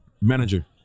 manager